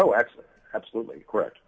oh excellent absolutely correct